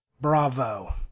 Bravo